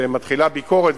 כשמתחילה ביקורת,